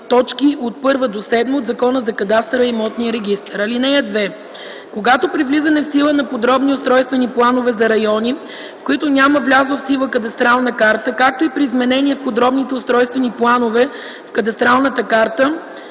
Когато при влизането в сила на подробни устройствени планове за райони, в които няма влязла в сила кадастрална карта, както и при изменение в подробните устройствени планове, в кадастралната карта